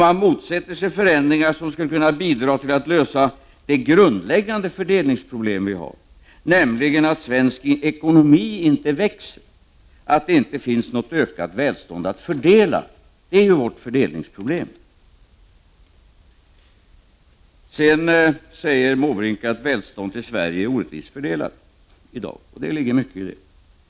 Man motsätter sig förändringar som skulle kunna lösa det grundläggande fördelningsproblem som vi har, nämligen att det inte finns tillväxt i svensk ekonomi och att det inte finns något ökat välstånd att fördela. Det är vårt fördelningsproblem. Bertil Måbrink säger att välståndet i dag är orättvist fördelat i Sverige. Det ligger mycket i det.